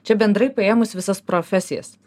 čia bendrai paėmus visas profesijas